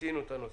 מיצינו את הנושא.